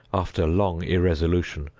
after long irresolution,